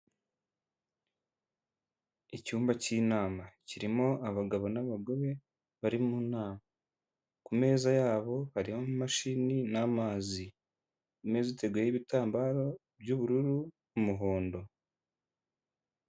Icyumba cy'inama kirimo abagabo n'abagore bari mu nama, ku meza yabo hariho amamashini n'amazi, ameza ateguyeho ibitambaro by'ubururu n'umuhondo.